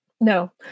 no